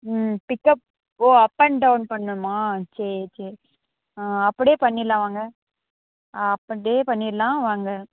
ம் பிக்கப் ஓ up and down பண்ணணுமா சரி சரி அப்படியே பண்ணிடலாம் வாங்க ஆ அப் அண்ட் டே பண்ணிடலாம் வாங்க